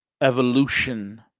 evolution